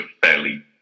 fairly